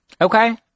okay